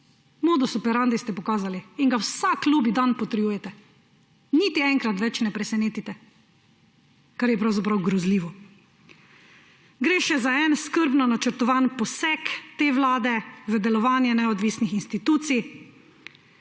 Modus operandi ste pokazali in ga vsak ljubi dan potrjujete. Niti enkrat več ne presenetite, kar je pravzaprav grozljivo. Gre še za en skrbno načrtovan poseg te vlade v delovanje neodvisnih institucij.